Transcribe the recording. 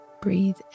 Breathe